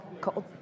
Cold